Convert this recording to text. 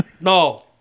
No